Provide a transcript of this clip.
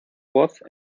voz